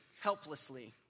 helplessly